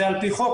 זה על פי חוק,